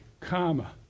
comma